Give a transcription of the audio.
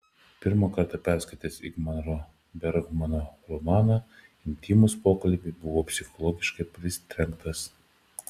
pirmą kartą perskaitęs ingmaro bergmano romaną intymūs pokalbiai buvau psichologiškai pritrenktas